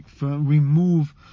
remove